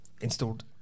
installed